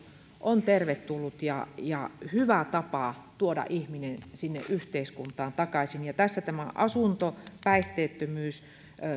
on tervetullut ja ja hyvä tapa tuoda ihminen sinne yhteiskuntaan takaisin ja tässä nämä asunto päihteettömyys ja